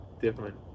different